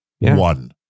one